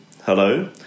hello